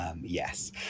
Yes